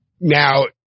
Now